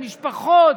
למשפחות,